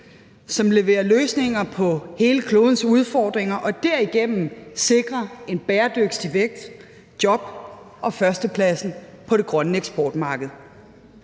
som leverer løsninger på hele klodens udfordringer og derigennem sikrer en bæredygtig vækst, job og førstepladsen på det grønne eksportmarked?